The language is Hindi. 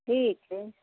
ठीक है